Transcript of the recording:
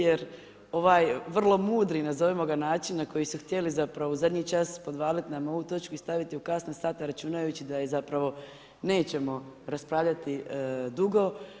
Jer, ovaj, vrlo mudri, nazovimo ga način, na koji su htjeli, zapravo u zadnji čas, podvaliti nam ovu točku, ostaviti u kasne sate, računajući da je zapravo nećemo raspravljati dugo.